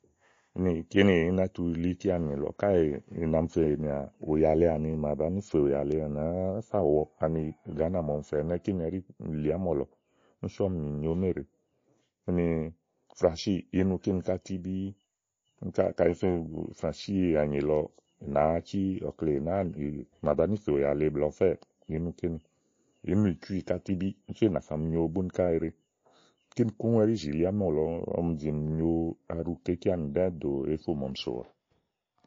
úni kìnì, í ná tu li íɖì lɔ káèè ì nà mi fènìà ùyà lèe àni. màa bàá ni fè ùyà lèe à nàá fà wɔ ɔ̀ ani Gàánà màa ɔmi fè ɛnɛ́ɛ̀ kínì ɛɖí lìi ámɔ̀lɔ sú ɔmi mì nyo néèɖe, úni flàsíì, ìí nu kíni ká tíbíí. kíni ká kayi ìí fe flàsíì ànyì lɔ ì nàáá cí ɔkleè màa bàá ni fè ùyà lèe blɛ̀ɛ ɔfɛ́ɛ̀, ìí nu kínì. ìí nu ìcúì ká tíbíí úni sú ì nà mi nyo búni ká eɖe. kíni kòŋ ɛɖi zì li ámɔ̀lɔ ɔmi zì mì nyo aɖu kè íkeanì ɖɛ́ɛ́ dò eyéfo màa ɔmi sòwa